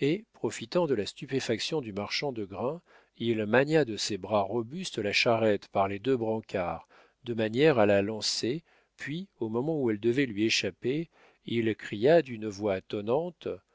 et profitant de la stupéfaction du marchand de grains il mania de ses bras robustes la charrette par les deux brancards de manière à la lancer puis au moment où elle devait lui échapper il cria d'une voix tonnante